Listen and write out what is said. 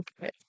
okay